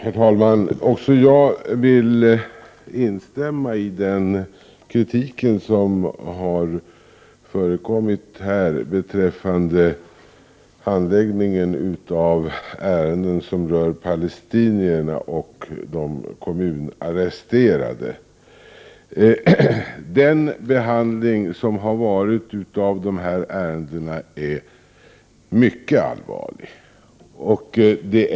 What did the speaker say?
Herr talman! Också jag vill instämma i den kritik som här har förts fram beträffande handläggningen av ärenden som rör palestinier och de kommunarresterade. Behandlingen av dessa ärenden uppvisar mycket allvarliga brister.